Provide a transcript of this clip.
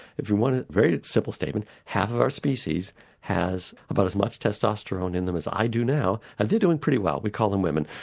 if you want a very simple statement, half of our species has about as much testosterone in them as i do now and they're doing pretty well, we call them women.